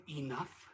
enough